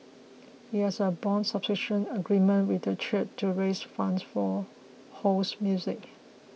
it had a bond subscription agreement with the church to raise funds for Ho's music